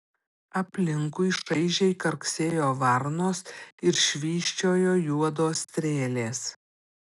aplinkui šaižiai karksėjo varnos ir švysčiojo juodos strėlės